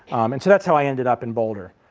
and so that's how i ended up in boulder.